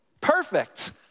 perfect